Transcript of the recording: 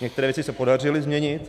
Některé věci se podařilo změnit.